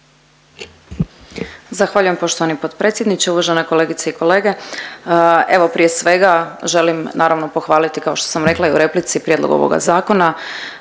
Zahvaljujem poštovani potpredsjedniče. Uvažene kolegice i kolege. Evo prije svega želim naravno pohvaliti kao što sam rekla i u replici prijedlog ovog zakona